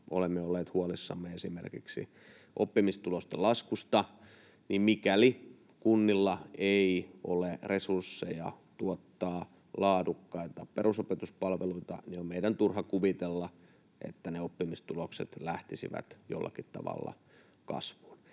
olemme olleet huolissamme esimerkiksi oppimistulosten laskusta, mikäli kunnilla ei ole resursseja tuottaa laadukkaita perusopetuspalveluita, on meidän turha kuvitella, että ne oppimistulokset lähtisivät jollakin tavalla kasvuun.